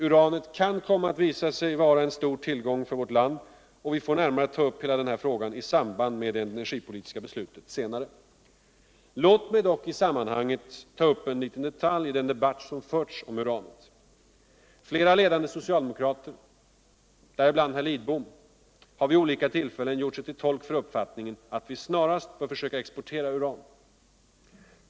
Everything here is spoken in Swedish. Uranet kan komma att visa sig vara en stor tillgång för vårt land, och vi får närmare ta upp hela den här frågan i samband med det energipolitiska beslutet senare. Låt mig dock i sammanhanget ta upp en liten detalj i den debatt som förts om uranet. Flera ledande socialdemokrater, däribland Carl Lidbom. har vid olika tillfällen giort sig till tolk för uppfattningen att vi snarast bör försöka exportera uran.